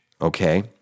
okay